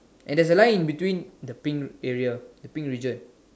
and there's a line between the pink area the pink region